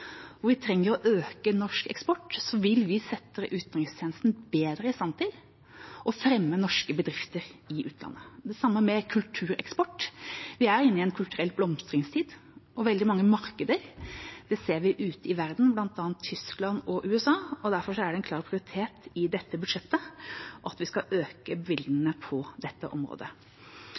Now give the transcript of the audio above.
vi trenger å øke norsk eksport, vil vi sette utenrikstjenesten bedre i stand til å fremme norske bedrifter i utlandet. Det er det samme med kultureksport. Vi er inne i en kulturell blomstringstid på veldig mange markeder. Det ser vi ute i verden, bl.a. i Tyskland og USA, og derfor er det en klar prioritet i dette budsjettet at vi skal øke bevilgningene på dette området.